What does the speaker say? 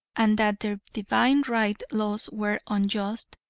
and that their divine right laws were unjust,